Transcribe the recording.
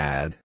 Add